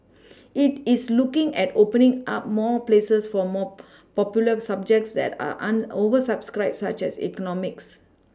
it is looking at opening up more places for more popular subjects that are un oversubscribed such as economics